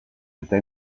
eta